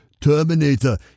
Terminator